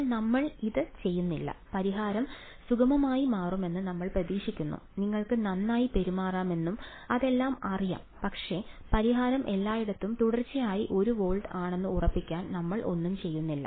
എന്നാൽ നമ്മൾ ഒന്നും ചെയ്യുന്നില്ല പരിഹാരം സുഗമമായി മാറുമെന്ന് നമ്മൾ പ്രതീക്ഷിക്കുന്നു നിങ്ങൾക്ക് നന്നായി പെരുമാറാമെന്നും അതെല്ലാം അറിയാം പക്ഷേ പരിഹാരം എല്ലായിടത്തും തുടർച്ചയായി ഒരു വോൾട്ട് ആണെന്ന് ഉറപ്പാക്കാൻ നമ്മൾ ഒന്നും ചെയ്യുന്നില്ല